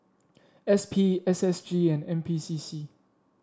S P S S G and N P C C